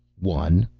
one.